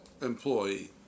employee